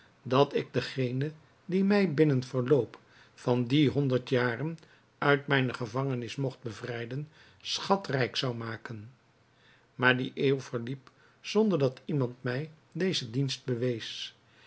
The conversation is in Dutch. dat ik dengene die mij binnen verloop van die honderd jaren uit mijne gevangenis mogt bevrijden schatrijk zou maken maar die eeuw verliep zonder dat iemand mij deze dienst bewees